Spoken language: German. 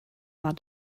war